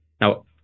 now